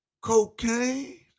cocaine